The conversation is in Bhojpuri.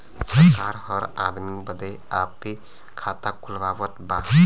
सरकार हर आदमी बदे आपे खाता खुलवावत बा